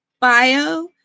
Bio